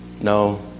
No